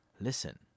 Listen